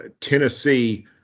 Tennessee